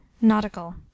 nautical